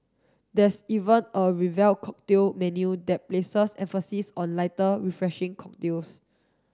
there's even a revamped cocktail menu that places emphasis on lighter refreshing cocktails